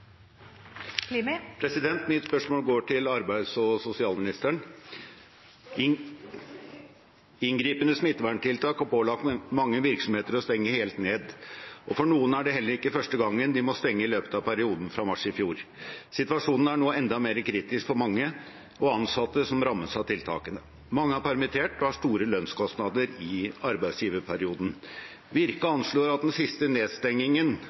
Mitt spørsmål går til arbeids- og sosialministeren: Inngripende smitteverntiltak har pålagt mange virksomheter å stenge helt ned, og for noen er det heller ikke første gang de må stenge i løpet av perioden fra mars i fjor. Situasjonen er nå enda mer kritisk for mange virksomheter og ansatte som rammes av tiltakene. Mange er permittert, og mange har store lønnskostnader i arbeidsgiverperioden. Virke anslår at den siste nedstengingen